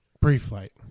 Pre-flight